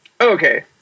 Okay